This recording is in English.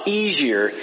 easier